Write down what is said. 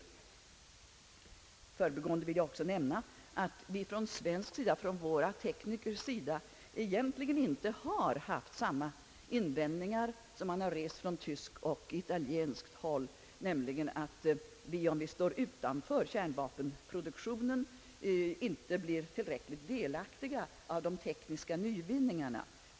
I förbigående vill jag dock nämna, att våra svenska tekniker egentligen inte har haft samma invändningar som rests från tyskt och italienskt håll, nämligen att vi, om vi står utanför kärnvapenproduktionen, inte blir i tillräcklig mån delaktiga av tekniska nyvinningar.